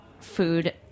food